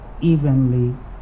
evenly